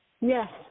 Yes